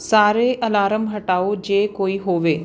ਸਾਰੇ ਅਲਾਰਮ ਹਟਾਓ ਜੇ ਕੋਈ ਹੋਵੇ